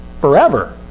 forever